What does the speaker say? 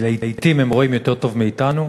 לעתים הם רואים יותר טוב מאתנו.